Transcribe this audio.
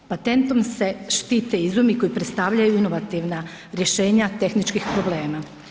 Patentom se štite izumi koji predstavljaju inovativna rješenja tehničkih problema.